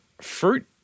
fruit